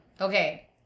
Okay